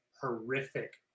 horrific